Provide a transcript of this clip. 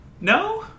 No